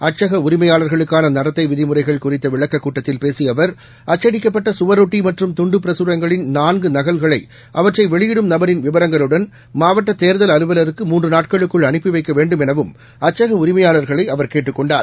அச்சகஉரிமையாளர்களுக்கானநடத்தைவிதிமுறைகள் பேசியஅவர் அச்சடிக்கப்பட்டகவரொட்டிமற்றும் துண்டுபிரகரங்களின் நான்குநகல்களைஅவற்றைவெளியிடும் நபரின் விவரங்களுடன் மாவட்டதேர்தல் அலுவலருக்கு மூன்றுநாட்களுக்குள் அனுப்பிவைக்கவேண்டும் எனவும் அச்சகஉரிமையாளர்களைஅவர் கேட்டுக்கொண்டார்